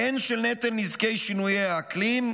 הן של נטל נזקי שינויי האקלים,